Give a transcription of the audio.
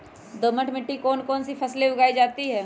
दोमट मिट्टी कौन कौन सी फसलें उगाई जाती है?